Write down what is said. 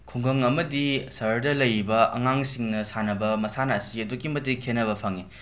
ꯈꯨꯡꯒꯪ ꯑꯃꯗꯤ ꯁꯍꯔꯗ ꯂꯩꯔꯤꯕ ꯑꯉꯥꯡꯁꯤꯡꯅ ꯁꯥꯟꯅꯕ ꯃꯁꯥꯟꯅ ꯑꯁꯤ ꯑꯗꯨꯛꯀꯤ ꯃꯇꯤꯛ ꯈꯦꯠꯅꯕ ꯐꯪꯏ